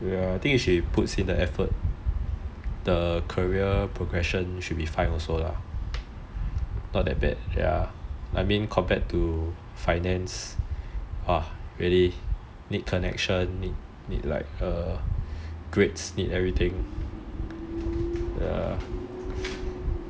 I think if she puts in the effort the career progression should be fine also lah not that bad I mean compared to finance !wah! really need connections need like err grades need everything